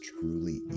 truly